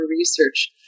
research